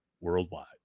worldwide